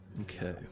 Okay